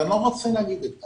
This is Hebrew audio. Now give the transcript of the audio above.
אני לא רוצה להגיד את זה.